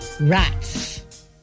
rats